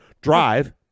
Drive